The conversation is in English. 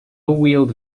wheeled